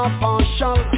partial